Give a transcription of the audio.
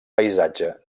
paisatge